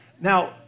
Now